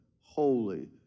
holy